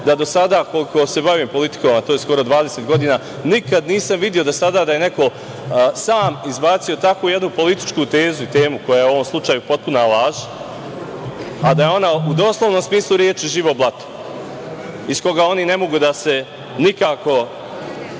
da do sada, koliko se bavim politikom, a to je skoro 20 godina, nikada nisam video do sada da je neko sam izbacio takvu jednu političku tezu i temu, koja je u ovom slučaju potpuna laž, a da je ona u doslovnom smislu reči živo blato iz koga oni ne mogu nikako